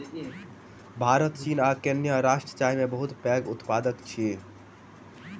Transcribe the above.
भारत चीन आ केन्या राष्ट्र चाय के बहुत पैघ उत्पादक अछि